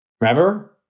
Remember